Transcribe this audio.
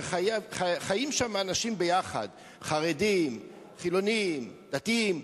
שחיים שם אנשים ביחד, חרדים, חילונים, דתיים,